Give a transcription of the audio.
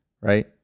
right